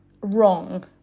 wrong